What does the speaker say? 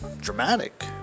dramatic